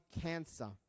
cancer